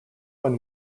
when